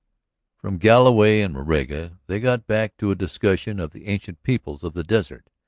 from galloway and moraga they got back to a discussion of the ancient peoples of the desert,